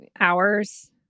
hours